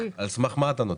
אבל על סמך מה נותנים?